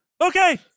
Okay